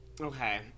Okay